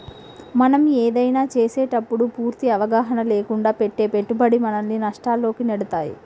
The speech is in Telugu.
మనం ఏదైనా చేసేటప్పుడు పూర్తి అవగాహన లేకుండా పెట్టే పెట్టుబడి మనల్ని నష్టాల్లోకి నెడతాయి